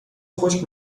خشک